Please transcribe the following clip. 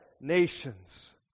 nations